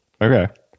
Okay